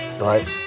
right